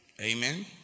Amen